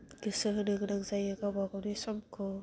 गोसो होनो गोनां जायो गावबा गावनि समखौ